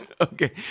Okay